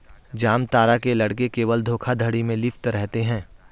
जामतारा के लड़के केवल धोखाधड़ी में लिप्त रहते हैं